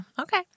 Okay